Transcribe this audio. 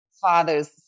father's